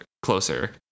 Closer